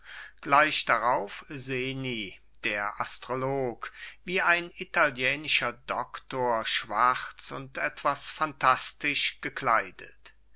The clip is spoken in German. gleich darauf seni der astrolog wie ein italienischer doktor schwarz und etwas phantastisch gekleidet